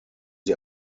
sie